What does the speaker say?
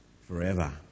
forever